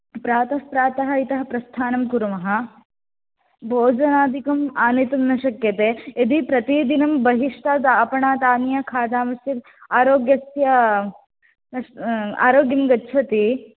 प्रातः प्रातः इतः प्रस्थानं कुर्मः भोजनादिकम् आनेतुं न शक्यते यदि प्रतिदिनं बहिष्टादापणादानीय खादामि चेत् आरोग्यस्य आरोग्यं गच्छति